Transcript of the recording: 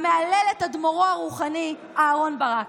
המהלל את אדמו"רו הרוחני אהרן ברק.